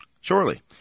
Surely